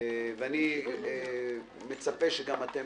ואני מצפה שגם אתם